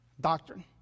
doctrine